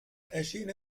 erschien